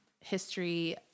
history